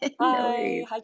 hi